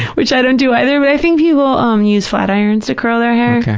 which i don't do either, but i think people um use flatirons to curl their hair.